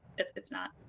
it's it's not.